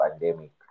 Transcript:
pandemic